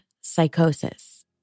psychosis